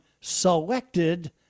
selected